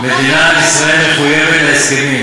מדינת ישראל מחויבת להסכמים,